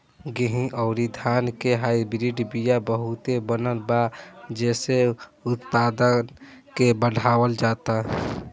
गेंहू अउरी धान के हाईब्रिड बिया बहुते बनल बा जेइसे उत्पादन के बढ़ावल जाता